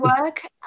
work